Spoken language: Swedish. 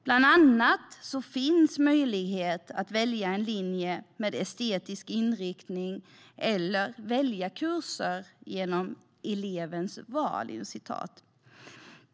Bland annat kan man välja en linje med estetisk inriktning eller välja kurser genom "elevens val".